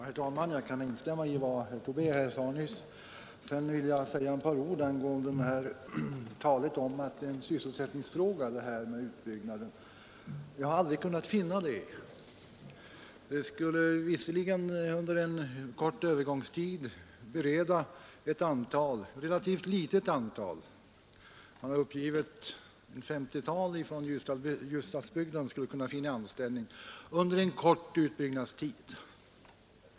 Herr talman! Jag kan instämma i vad herr Tobé sade nyss. Sedan vill jag säga ett par ord angående talet om att detta med utbyggnaden är en sysselsättningsfråga. Jag har aldrig kunnat finna det. Man skulle visserligen under en kort övergångstid, under utbyggnadstiden, bereda ett relativt litet antal — man har uppgett att det skulle röra sig om ett 50-tal — människor från Ljusdalsbygden anställning.